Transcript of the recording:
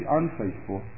unfaithful